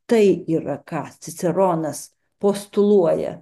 tai yra ką ciceronas postuluoja